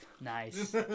nice